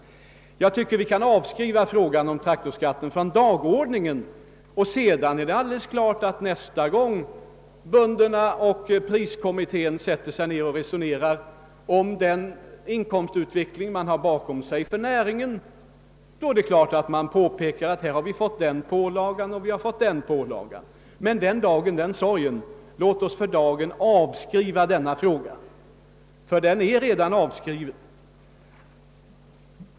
Jag tycker att vi kan avföra frågan om traktorskatten från dagordningen. Det är alldeles klart att böndernas representanter nästa gång, när de med priskommittén diskuterar om inkomstutvecklingen för näringen, påpekar att den och den pålagan inkommit, men den dagen den sorgen! Låt oss i dag avstå från att diskutera denna fråga ty den är redan avskriven.